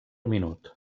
minut